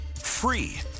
free